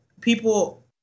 people